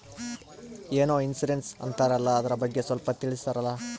ಏನೋ ಇನ್ಸೂರೆನ್ಸ್ ಅಂತಾರಲ್ಲ, ಅದರ ಬಗ್ಗೆ ಸ್ವಲ್ಪ ತಿಳಿಸರಲಾ?